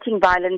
violence